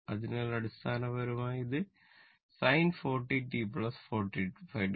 അതിനാൽ അടിസ്ഥാനപരമായി ഇത് sin 40 t 45 o